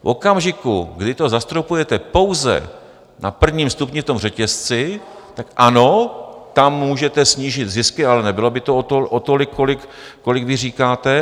V okamžiku, kdy to zastropujete pouze na prvním stupni v tom řetězci, tak ano, tam můžete snížit zisky, ale nebylo by to o tolik, kolik vy říkáte.